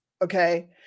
okay